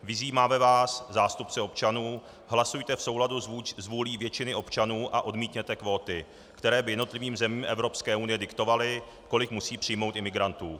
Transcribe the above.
Vyzýváme vás, zástupce občanů, hlasujte v souladu s vůlí většiny občanů a odmítněte kvóty, které by jednotlivým zemím Evropské unie diktovaly, kolik musí přijmout imigrantů.